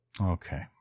Okay